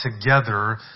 together